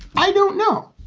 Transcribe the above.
i don't know.